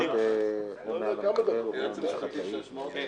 בדוגמה שלפנינו אנחנו רואים שגם